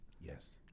Yes